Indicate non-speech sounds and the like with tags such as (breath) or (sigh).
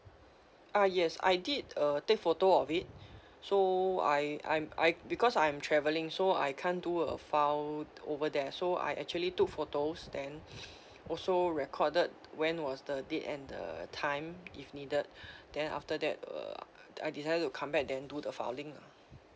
ah yes I did uh take photo of it so I I'm I because I'm travelling so I can't do a file over there so I actually took photos then (breath) also recorded when was the date and the time if needed (breath) then after that uh I decided to come back then do the filing lah